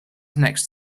next